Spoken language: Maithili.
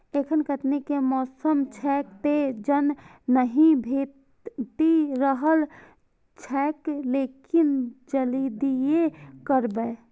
एखन कटनी के मौसम छैक, तें जन नहि भेटि रहल छैक, लेकिन जल्दिए करबै